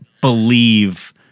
believe